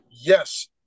yes